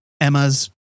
Emma's